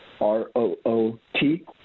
R-O-O-T